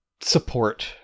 support